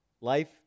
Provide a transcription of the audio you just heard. Life